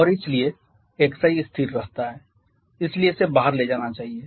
और इसलिए xi स्थिर रहता है इसलिए इसे बाहर ले जाना चाहिए